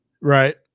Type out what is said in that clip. Right